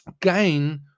gain